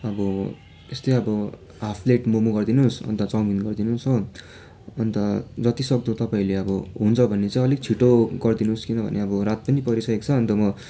अब यस्तै अब हाल्फ प्लेट मोमो गरिदिनु होस् अन्त चाउमिन गरिदिनु होस् हो अन्त जतिसक्दो तपाईँहरूले अब हुन्छ भने चाहिँ अलिक छिटो गरिदिनु होस् किनभने अब रात पनि परिसकेको छ अन्त म